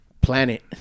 planet